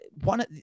one